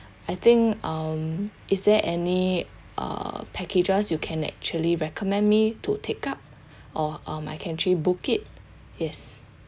I think um is there any uh packages you can actually recommend me to take up or uh I can actually book it yes